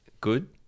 Good